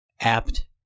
apt